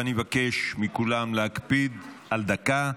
ואני מבקש מכולם להקפיד על דקה,